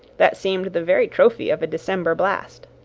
that seemed the very trophy of a december blast.